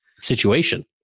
situation